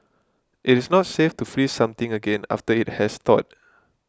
it is not safe to freeze something again after it has thawed